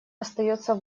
остается